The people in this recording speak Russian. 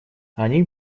они